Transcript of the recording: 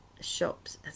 shops